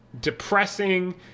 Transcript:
depressing